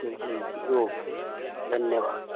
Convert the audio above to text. जी जी ओके धन्यवाद